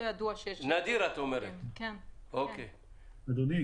כשאני שומע את הדברים